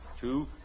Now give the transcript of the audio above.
two